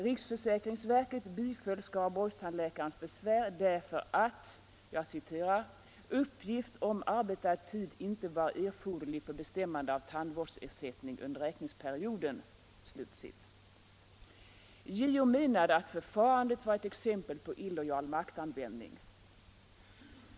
Riksförsäkringsverket biföll Skaraborgstandläkarens besvär därför att ”uppgift om arbetad tid inte var erforderlig för bestämmande av tandvårdsersättning under räkningsperioden”. JO menade att förfarandet var ett exempel på illojal maktanvändning.